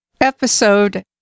episode